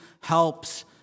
helps